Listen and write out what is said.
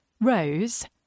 Rose